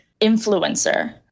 influencer